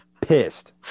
pissed